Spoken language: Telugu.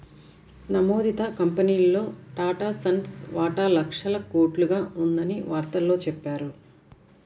నమోదిత కంపెనీల్లో టాటాసన్స్ వాటా లక్షల కోట్లుగా ఉందని వార్తల్లో చెప్పారు